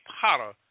potter